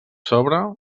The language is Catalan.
sobre